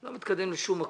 זה לא מתקדם לשום מקום.